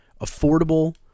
affordable